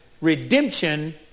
redemption